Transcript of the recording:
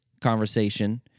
conversation